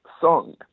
song